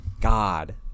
God